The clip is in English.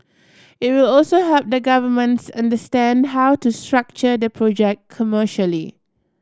it will also help the governments understand how to structure the project commercially